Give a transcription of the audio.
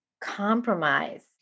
compromise